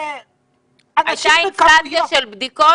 הייתה אינפלציה של בדיקות.